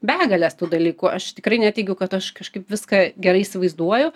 begalės tų dalykų aš tikrai neteigiu kad aš kažkaip viską gerai įsivaizduoju